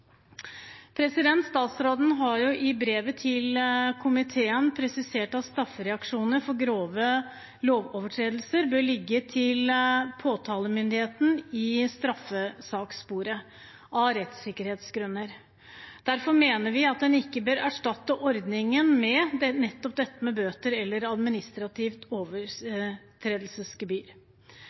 Statsråden har i brevet til komiteen presisert at straffereaksjoner for grove lovovertredelser av rettssikkerhetsgrunner bør ligge til påtalemyndigheten i straffesakssporet. Derfor mener vi at en ikke bør erstatte ordningen med nettopp bøter eller administrativt overtredelsesgebyr.